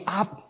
up